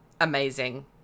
amazing